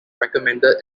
recommended